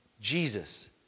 Jesus